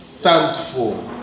thankful